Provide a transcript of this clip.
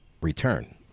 return